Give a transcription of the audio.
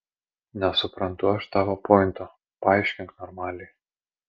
nesuprantu aš tavo pointo paaiškink normaliai